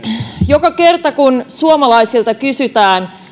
joka kerta kun suomalaisilta kysytään